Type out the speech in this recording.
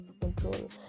control